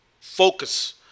focus